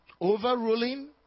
overruling